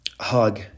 hug